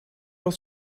aus